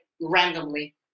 randomly